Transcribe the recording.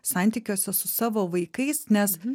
santykiuose su savo vaikais nes